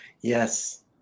yes